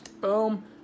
boom